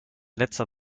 letzter